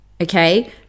okay